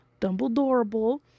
Dumbledore